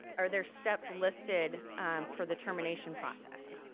are there steps listed for the termination process?